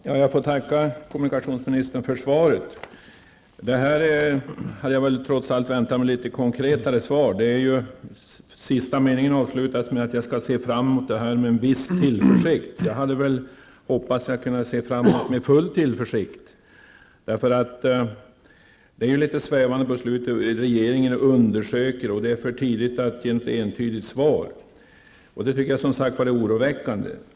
Herr talman! Jag får tacka kommunikationsministern för svaret. Jag hade trots allt väntat mig ett mer konkret svar. I sista meningen står det att jag skall se tiden an med en viss tillförsikt. Jag hade väl hoppats att kunna se tiden an med full tillförsikt. Svaret är litet svävande. Det står bl.a. att regeringen undersöker och att det är för tidigt att ge något entydigt svar. Jag tycker att det är oroväckande.